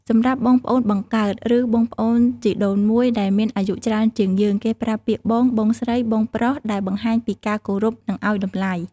សម្រាប់បងប្អូនបង្កើត ឬបងប្អូនជីដូនមួយដែលមានអាយុច្រើនជាងយើង គេប្រើពាក្យ បង បងស្រី បងប្រុសដែលបង្ហាញពីការគោរព និងឲ្យតម្លៃ។